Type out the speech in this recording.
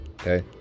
Okay